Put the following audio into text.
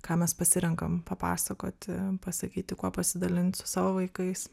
ką mes pasirenkam papasakoti pasakyti kuo pasidalint su savo vaikais